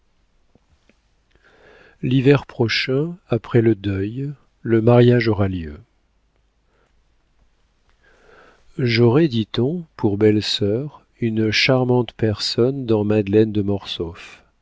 l'hiver prochain après le deuil le mariage aura lieu j'aurai dit-on pour belle-sœur une charmante personne dans madeleine de